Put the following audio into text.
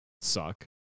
suck